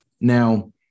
Now